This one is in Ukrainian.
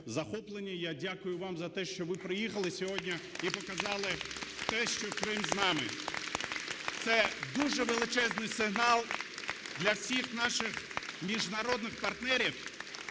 Я дякую вам за те, що ви приїхали сьогодні і показали те, що Крим з нами. (Оплески) Це дуже величезний сигнал для всіх наших міжнародних партнерів,